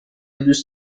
دوست